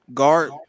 guard